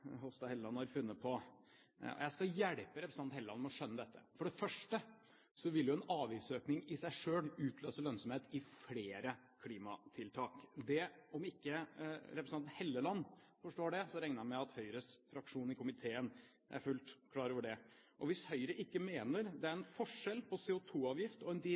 Hofstad Helleland har funnet på. Jeg skal hjelpe representanten Hofstad Helleland med å skjønne dette. For det første vil en avgiftsøkning i seg selv utløse lønnsomhet i flere klimatiltak. Om ikke representanten Hofstad Helleland forstår det, regner jeg med at Høyres fraksjon i komiteen er fullt ut klar over det. Hvis Høyre ikke mener at det er en forskjell på en CO2-avgift og en